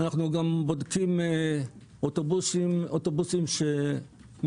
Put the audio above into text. אנחנו גם בודקים אוטובוסים שמביאים